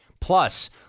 Plus